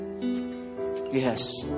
yes